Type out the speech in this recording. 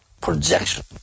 projection